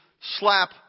slap